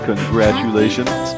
Congratulations